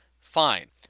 fine